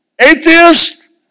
Atheist